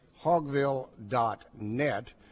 Hogville.net